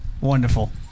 Wonderful